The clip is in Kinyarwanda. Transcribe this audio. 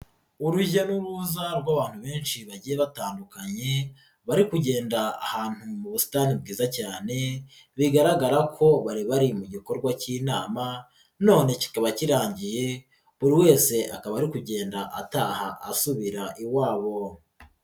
Urujya n'uruza rw'abantu benshi bagiye batandukanye bari kugenda ahantu mu busitani bwiza cyane, bigaragara ko bari bari mu gikorwa cy'inama, none kikaba kirangiye buri wese akaba ari kugenda ataha asubira iwabo.